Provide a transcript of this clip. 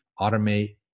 automate